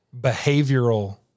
behavioral